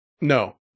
No